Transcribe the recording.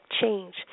change